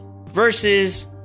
versus